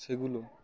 সেগুলো